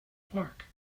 park